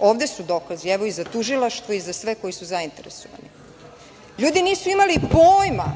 Ovde su dokazi, evo i za tužilaštvo i za sve koji su zainteresovani. Ljudi nisu imali pojma,